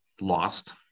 lost